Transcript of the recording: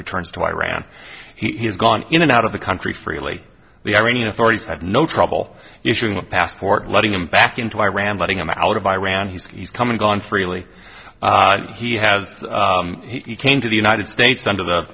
returns to iran he has gone in and out of the country freely the iranian authorities have no trouble issuing a passport letting him back into iran letting him out of iran he's come and gone freely and he has he came to the united states under the